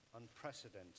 Unprecedented